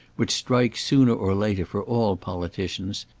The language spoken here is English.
which strikes sooner or later for all politicians,